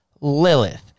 Lilith